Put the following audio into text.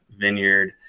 vineyard